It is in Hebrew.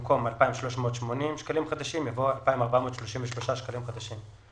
במקום "2,380 שקלים חדשים" יבוא "2,433 שקלים חדשים".